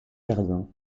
verdun